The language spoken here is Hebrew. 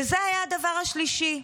זה היה הדבר השלישי.